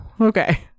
okay